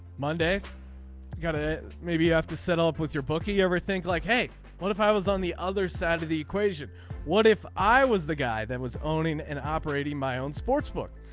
monday you got to maybe you have to settle up with your bookie you ever think like hey what if i was on the other side of the equation what if i was the guy that was owning and operating my own sportsbook.